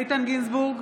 איתן גינזבורג,